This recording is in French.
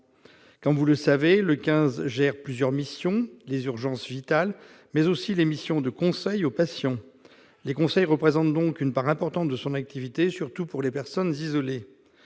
Comme vous le savez, le centre 15 gère plusieurs missions : les urgences vitales, mais aussi les missions de conseil aux patients. Les conseils représentent d'ailleurs une part importante de l'activité, surtout pour les personnes isolées.